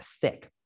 thick